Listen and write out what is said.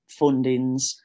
fundings